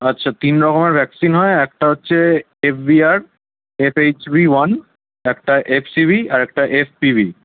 আচ্ছা তিন রকমের ভ্যাকসিন হয় একটা হচ্ছে এফভিআর মানে এটা এইচ ভি ওয়ান একটা এফ সি ভি আর একটা এফ পি ভি